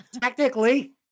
Technically